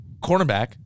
cornerback